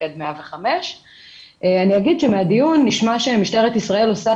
למוקד 105. אני אגיד שמהדיון נשמע שמשטרת ישראל עושה